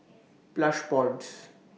Plush Pods